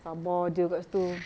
sabar jer kat situ